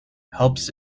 helps